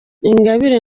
ingabire